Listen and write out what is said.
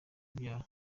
abyara